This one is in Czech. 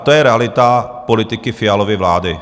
To je realita politiky Fialovy vlády.